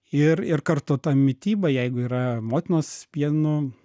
ir ir kartu ta mityba jeigu yra motinos pienu